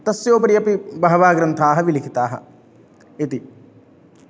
तस्योपरि अपि बहवः ग्रन्थाः विलिखिताः इति